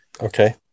Okay